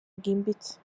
bwimbitse